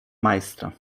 majstra